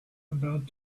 about